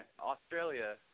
Australia